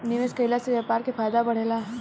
निवेश कईला से व्यापार के फायदा बढ़ेला